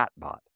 chatbot